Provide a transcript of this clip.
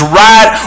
right